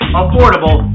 affordable